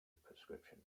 prescription